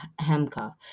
Hamka